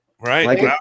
Right